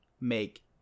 make